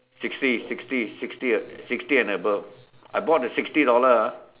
sixty sixty sixty sixty and above I bought the sixty dollar ah